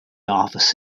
office